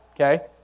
Okay